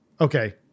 Okay